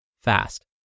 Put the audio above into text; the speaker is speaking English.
fast